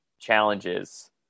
challenges